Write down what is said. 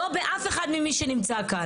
לא באף אחד ממי שנמצא כאן.